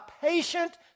patient